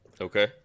Okay